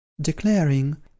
declaring